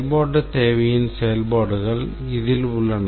செயல்பாட்டுத் தேவையின் செயல்பாடுகள் இதில் உள்ளன